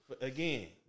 again